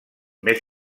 més